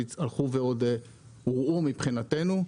והם עוד הורעו מבחינתנו.